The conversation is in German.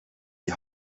die